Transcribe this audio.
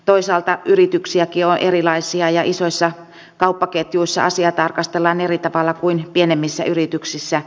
toisaalta yrityksiäkin on erilaisia ja isoissa kauppaketjuissa asiaa tarkastellaan eri tavalla kuin pienemmissä yrityksissä